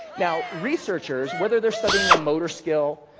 now, researchers, whether they're studying a motor skill,